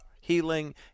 healing